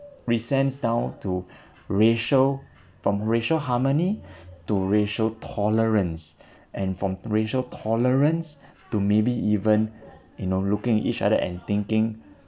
resents down to racial from racial harmony to racial tolerance and from racial tolerance to maybe even you know looking at each other and thinking